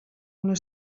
una